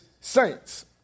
saints